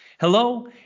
Hello